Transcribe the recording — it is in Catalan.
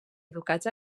educat